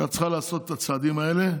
שאת צריכה לעשות את הצעדים האלה,